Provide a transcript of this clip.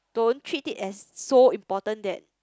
don't treat it as so important that